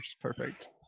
perfect